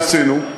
הדבר השני שעשינו,